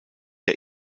der